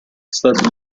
stati